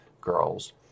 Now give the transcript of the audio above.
girls